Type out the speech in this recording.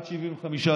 עד 75 דולר.